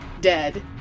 Dead